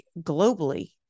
globally